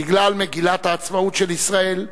בגלל מגילת העצמאות של ישראל,